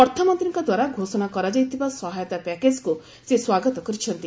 ଅର୍ଥମନ୍ତ୍ରୀଙ୍କଦ୍ୱାରା ଘୋଷଣା କରାଯାଇଥିବା ସହାୟତା ପ୍ୟାକେଜ୍କୁ ସେ ସ୍ୱାଗତ କରିଛନ୍ତି